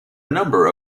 number